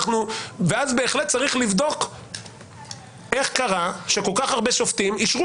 ואז בהחלט צריך לבדוק איך קרה שכל כך הרבה שופטים אישרו